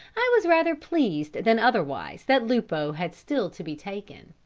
i was rather pleased than otherwise that lupo had still to be taken.